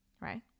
right